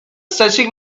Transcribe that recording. stretching